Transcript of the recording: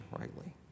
rightly